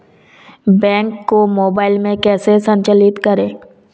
Bank को mobile में कैसे संचालित करें?